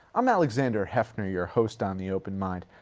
i'm alexander heffner, your host on the open mind.